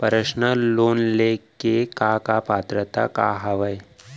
Personal loan ले के का का पात्रता का हवय?